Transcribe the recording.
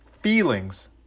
Feelings